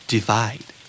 Divide